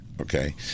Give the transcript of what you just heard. Okay